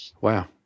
Wow